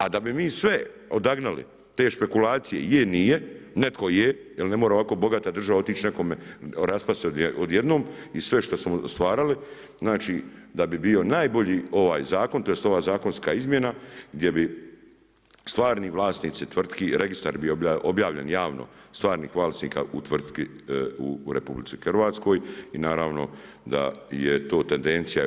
A da bi mi sve odagnali, te špekulacije, je, nije, netko je, jer ne može ovako bogata država otići nekome, raspast se odjednom i sve što smo stvarali, znači da bi bio najbolji ovaj zakon tj. ova zakonska izmjena gdje bi stvarni vlasnici tvrtki, registar bio objavljen javno stvarnih vlasnika u tvrtki u RH i naravno da je to tendencija u EU.